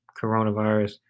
coronavirus